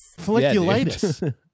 Folliculitis